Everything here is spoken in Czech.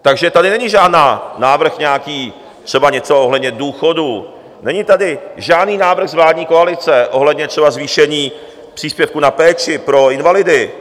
Takže tady není žádný návrh nějaký, třeba něco ohledně důchodů, není tady žádný návrh z vládní koalice třeba ohledně zvýšení příspěvků na péči pro invalidy.